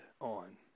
on